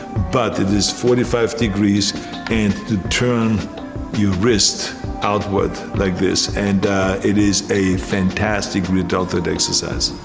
but it is forty five degrees and to turn your wrist outward like this and it is a fantastic rear deltoid exercise.